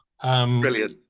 Brilliant